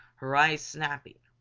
her eyes snapping,